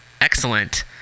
Excellent